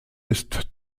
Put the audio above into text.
ist